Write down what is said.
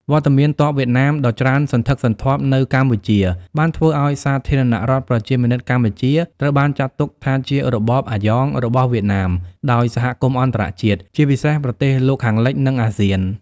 វត្តមានទ័ពវៀតណាមដ៏ច្រើនសន្ធឹកសន្ធាប់នៅកម្ពុជាបានធ្វើឱ្យ សាធារណរដ្ឋប្រជាមានិតកម្ពុជា ត្រូវបានចាត់ទុកថាជារបប "អាយ៉ង" របស់វៀតណាមដោយសហគមន៍អន្តរជាតិ ជាពិសេសប្រទេសលោកខាងលិច និងអាស៊ាន។